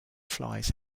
flies